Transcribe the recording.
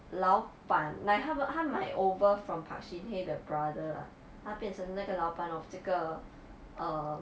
老板 like 他们他买 over from park shin hye the brother lah 他变成那个老板 of 这个 err